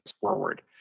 forward